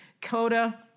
Coda